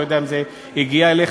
אני לא יודע אם זה הגיע אליך,